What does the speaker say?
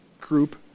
group